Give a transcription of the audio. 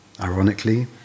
ironically